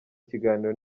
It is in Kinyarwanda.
kiganiro